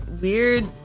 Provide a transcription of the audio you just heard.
weird